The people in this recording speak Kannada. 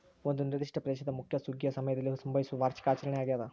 ಒಂದು ನಿರ್ದಿಷ್ಟ ಪ್ರದೇಶದ ಮುಖ್ಯ ಸುಗ್ಗಿಯ ಸಮಯದಲ್ಲಿ ಸಂಭವಿಸುವ ವಾರ್ಷಿಕ ಆಚರಣೆ ಆಗ್ಯಾದ